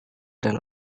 dan